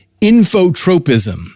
infotropism